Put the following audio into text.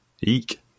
Eek